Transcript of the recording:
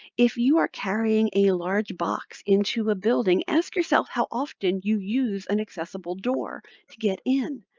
if you are carrying a large box into a building, ask yourself how often you use an accessible door to get in.